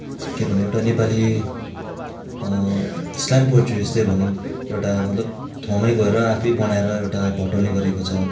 के भन्नु एउटा नेपाली स्ल्याम पोयट्रीजस्तै भनौँ एउटा मतलब ठाउँमै गएर आफै बनाएर एउटा भट्टाउने गरिएको छ